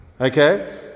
Okay